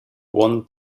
one